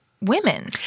women